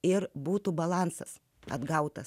ir būtų balansas atgautas